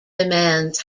demands